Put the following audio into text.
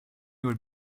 would